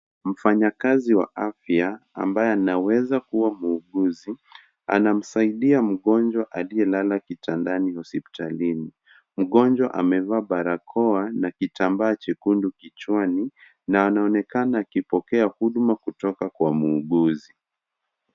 Mfanya kazi wa afya ambaye anaweza kuwa muuguzi anamsaidia mgonjwa aliye lala kitandani hospitalini mgonjwa amevaa barakoa na kitambaa chekundu kichwani na anaonekana akipokea huduma kutoka kwa muuguzi.